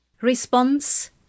Response